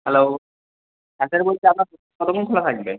hello হ্যাঁ sir বলছি আপনার দোকান কতক্ষণ খোলা থাকবে